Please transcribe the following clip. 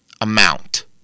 amount